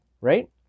Right